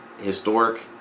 historic